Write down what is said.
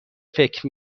فکر